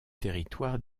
territoire